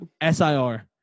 S-I-R